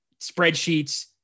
spreadsheets